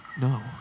No